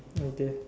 okay